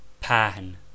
Pan